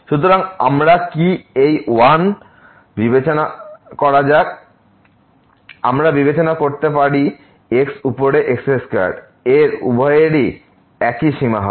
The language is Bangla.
সুতরাং আমরা কি এই 1 বিবেচনা করা যাক আমরা বিবেচনা করতে পারে x উপরে x2 এরউভয়েরই একই সীমা হবে